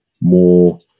more